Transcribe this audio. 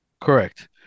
Correct